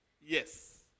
yes